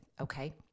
Okay